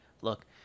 look